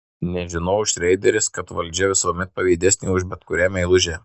nežinojo šreideris kad valdžia visuomet pavydesnė už bet kurią meilužę